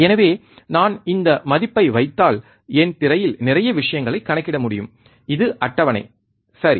எனவே நான் இந்த மதிப்பை வைத்தால் என் திரையில் நிறைய விஷயங்களை கணக்கிட முடியும் இது அட்டவணை சரி